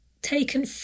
taken